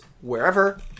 wherever